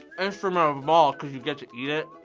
and from a mall because you get to eat it